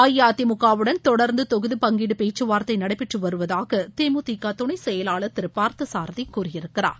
அஇஅதிமுகவுடன் தொடர்ந்து தொகுதி பங்கீடு பேச்சுவார்த்தை நடைபெற்று வருவதாக தேமுதிக துணைச்செயலாளர் திரு பார்த்தசாரதி கூறியிருக்கிறார்